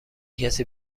کسی